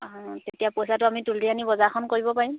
অঁ তেতিয়া পইচাটো আমি তুলি আনি বজাৰখন কৰিব পাৰিম